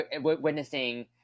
witnessing